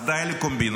אז די לקומבינות.